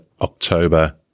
October